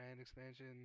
expansion